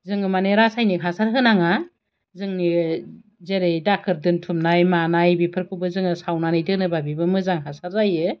जोङो मानि रासायनिक हासार होनाङा जोंनि जेरै दाखोर दोनथुमनाय मानाय बेफोरखौबो जोङो सावनानै दोनोबा बेबो मोजां हासार जायो